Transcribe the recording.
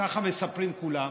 ככה מספרים כולם,